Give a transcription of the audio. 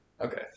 Okay